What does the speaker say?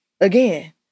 again